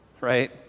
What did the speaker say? right